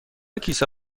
کیسه